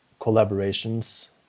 collaborations